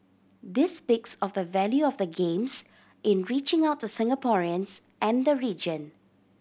this speaks of the value of the Games in reaching out to Singaporeans and the region